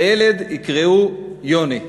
לילד יקראו יוני,